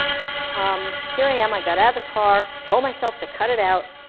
um, here i am, i got out of the car, told myself to cut it out,